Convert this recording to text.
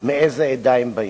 של מאיזו עדה הם באים.